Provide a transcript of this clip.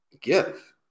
give